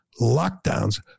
lockdowns